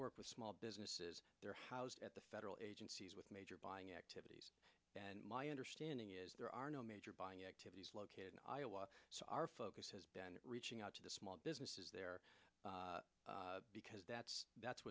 work with small businesses they're housed at the federal agencies with major buying activities and my understanding is there are no major buying activities located in iowa so our focus has been reaching out to the small businesses there because that's that's